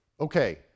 okay